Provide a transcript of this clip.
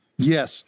Yes